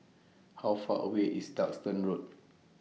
How Far away IS Duxton Road